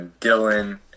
Dylan